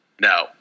No